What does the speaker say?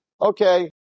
Okay